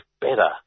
better